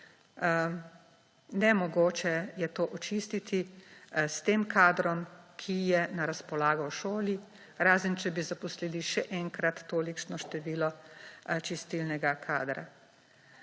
Nemogoče je to očistiti s tem kadrom, ki je na razpolago v šoli, razen če bi zaposlili še enkrat tolikšno število čistilnega kadra.